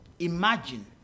Imagine